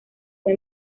fue